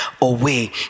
away